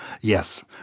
yes